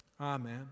Amen